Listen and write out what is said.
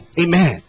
Amen